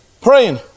Praying